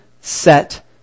set